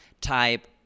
type